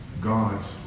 God's